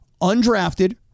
Undrafted